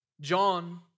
John